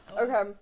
Okay